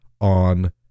on